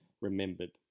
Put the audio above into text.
remembered